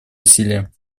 усилия